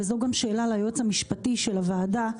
וזו גם שאלה ליועץ המשפטי של הוועדה,